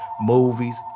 movies